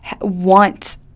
want